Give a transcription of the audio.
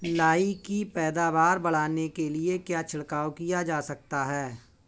लाही की पैदावार बढ़ाने के लिए क्या छिड़काव किया जा सकता है?